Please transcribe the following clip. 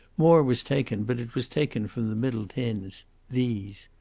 more was taken, but it was taken from the middle tins these.